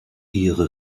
ihre